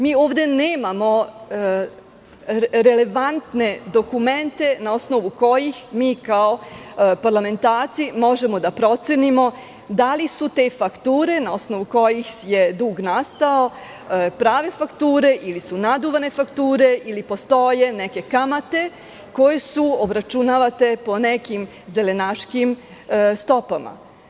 Mi ovde nemamo relevantne dokumente na osnovu kojih mi kao parlamentarci možemo da procenimo da li su te fakture na osnovu kojih je dug nastao prave fakture ili su naduvane fakture ili postoje neke kamate koje su obračunavate po nekim zelenaškim stopama?